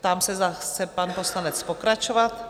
Ptám se, zda chce pan poslanec pokračovat?